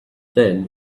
then